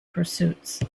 pursuits